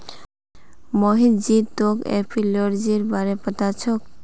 मोहित जी तोक एपियोलॉजीर बारे पता छोक